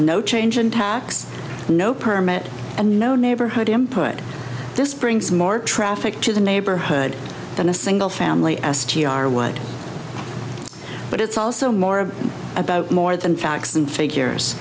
no change in tax no permit and no neighborhood put this brings more traffic to the neighborhood than a single family s t r would but it's also more about more than facts and figures